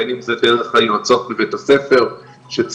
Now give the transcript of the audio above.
בין אם זה דרך היועצות בבית הספר שצמוד